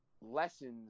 lessons